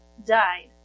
Died